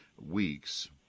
weeks